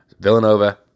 Villanova